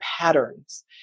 patterns